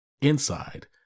inside